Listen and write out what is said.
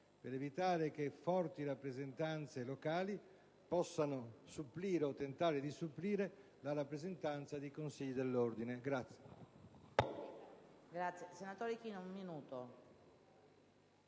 per evitare che forti rappresentanze locali possano supplire o tentare di supplire a quella dei consigli dell'ordine.